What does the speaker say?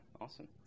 awesome